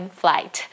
flight